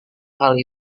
hal